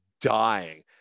dying